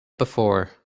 before